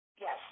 Yes